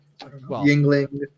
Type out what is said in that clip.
Yingling